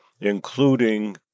including